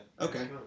Okay